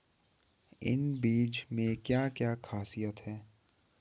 इन बीज में क्या क्या ख़ासियत है?